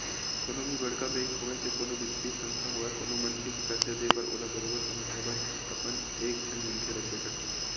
कोनो भी बड़का बेंक होवय ते कोनो बित्तीय संस्था होवय कोनो मनखे के करजा देय बर ओला बरोबर समझाए बर अपन एक झन मनखे रखबे करथे